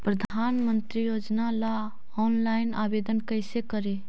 प्रधानमंत्री योजना ला ऑनलाइन आवेदन कैसे करे?